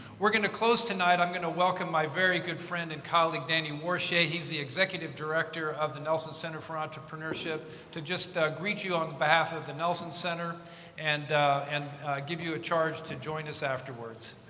we're going to close tonight. i'm going to welcome my very good friend and colleague danny warshay. he's the executive director of the nelson center for entrepreneurship just greet you on behalf of the nelson center and and give you a charge to join us afterwards.